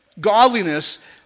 godliness